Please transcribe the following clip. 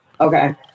Okay